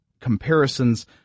comparisons